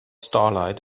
starlight